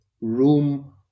room